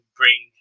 bring